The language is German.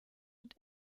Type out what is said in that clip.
und